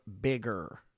bigger